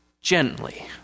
gently